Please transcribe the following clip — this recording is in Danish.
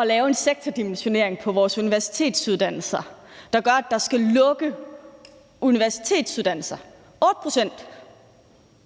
at lave en sektordimensionering på vores universitetsuddannelser, der gør, at der skal lukke universitetsuddannelser. 8 pct.